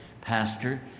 Pastor